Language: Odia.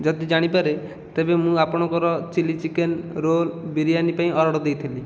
ଯଦି ଜାଣିପାରେ ତେବେ ମୁଁ ଆପଣଙ୍କର ଚିଲ୍ଲି ଚିକେନ ରୋଲ ବିରିୟାନୀ ପାଇଁ ଅର୍ଡର ଦେଇଥିଲି